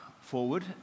forward